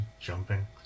jumping